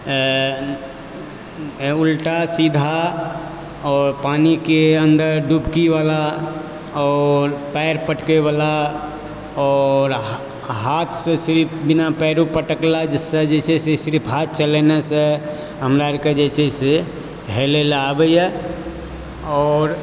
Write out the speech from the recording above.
उल्टा सीधा आओर पानि के अन्दर डुबकी बला आओर पैर पटकै बला आओर हाथ से सिर्फ बिना पैरो पटकलाह जिससे कि सिर्फ हाथ चलेने से हमरा आर के जे छै से हेलय लए आबैया आओर